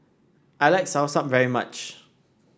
I like soursop very much